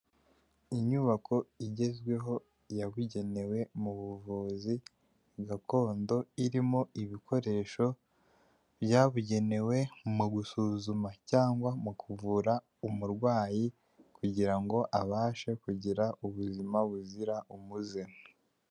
Inyubako igezweho yabugenewe mu buvuzi gakondo, irimo ibikoresho byabugenewe mu gusuzuma cyangwa mu kuvura umurwayi, kugira ngo abashe kugira ubuzima buzira umuze.